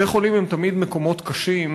בתי-חולים הם תמיד מקומות קשים,